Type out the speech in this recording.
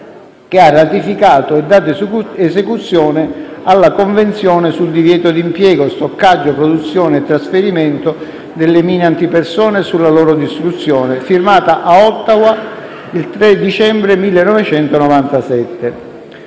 che ha ratificato e dato esecuzione alla Convenzione sul divieto d'impiego, di stoccaggio, di produzione e di trasferimento delle mine antipersona e sulla loro distruzione, firmata a Ottawa il 3 dicembre 1997.